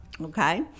Okay